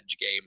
game